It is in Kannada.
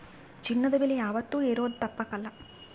ಚಿನ್ನದ ಬೆಲೆ ಯಾವಾತ್ತೂ ಏರೋದು ತಪ್ಪಕಲ್ಲ